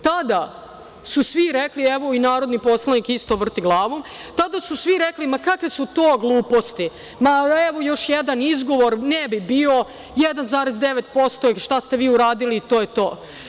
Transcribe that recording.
Tada su svi rekli, evo i narodni poslanik isto vrti glavom, tada su sve rekli, ma kakve su to gluposti, ma evo još jedan izgovor, ne bi bio 1.9% i šta ste vi uradili i to je to.